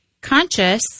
conscious